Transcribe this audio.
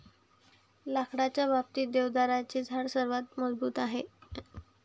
लाकडाच्या बाबतीत, देवदाराचे झाड सर्वात मजबूत आहे